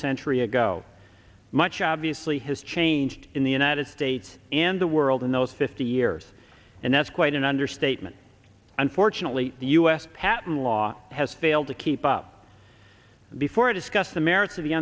century ago much obviously has changed in the united states and the world in those fifty years and that's quite an understatement unfortunately the u s patent law has failed to keep up before i discuss the merits of the